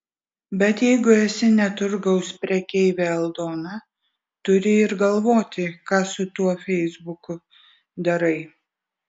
bet jeigu esi ne turgaus prekeivė aldona turi ir galvoti ką su tuo feisbuku darai